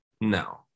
no